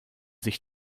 sich